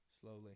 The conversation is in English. slowly